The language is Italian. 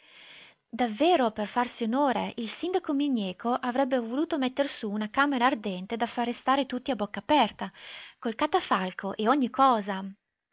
davvero per farsi onore il sindaco migneco avrebbe voluto metter su una camera ardente da far restare tutti a bocca aperta col catafalco e ogni cosa